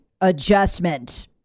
adjustment